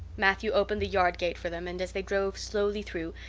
matthew opened the yard gate for them and as they drove slowly through,